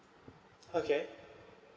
okay